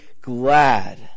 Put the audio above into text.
glad